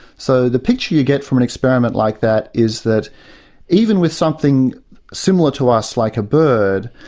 so the picture you get from an experiment like that is that even with something similar to us like a bird,